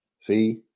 see